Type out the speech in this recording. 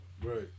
Right